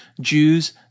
Jews